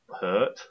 hurt